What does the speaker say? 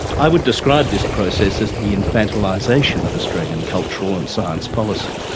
i would describe this process as the infantilisation of australian cultural and science policy.